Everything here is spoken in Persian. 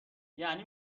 یعنی